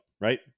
right